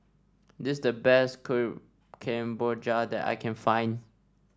this is the best Kuih Kemboja that I can find